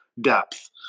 depth